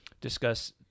discuss